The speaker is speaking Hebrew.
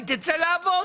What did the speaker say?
היא תצא לעבוד.